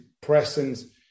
presence